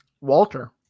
Walter